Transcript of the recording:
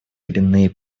коренные